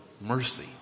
mercy